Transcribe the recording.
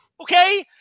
Okay